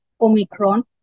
Omicron